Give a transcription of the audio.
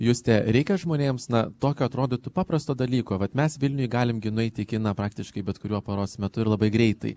juste reikia žmonėms na tokio atrodytų paprasto dalyko vat mes vilniuj galim gi nueiti į kiną praktiškai bet kuriuo paros metu ir labai greitai